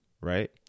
Right